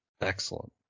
Excellent